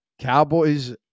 Cowboys